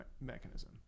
mechanism